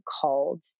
called